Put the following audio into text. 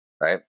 right